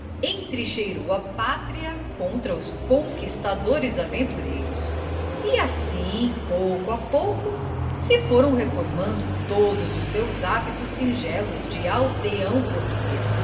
entrincheirou a pátria contra os conquistadores aventureiros e assim pouco a pouco se foram reformando todos os seus hábitos singelos de aldeão português